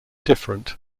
different